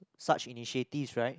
such initiatives right